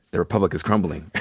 the republic is crumbling,